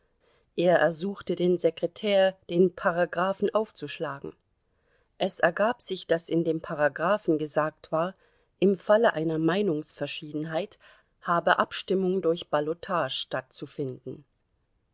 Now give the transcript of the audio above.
er ersuche den sekretär den paragraphen aufzuschlagen es ergab sich daß in dem paragraphen gesagt war im falle einer meinungsverschiedenheit habe abstimmung durch ballotage stattzufinden